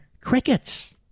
crickets